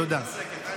תודה.